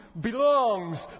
belongs